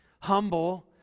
humble